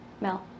Mel